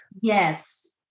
Yes